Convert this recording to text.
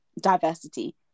diversity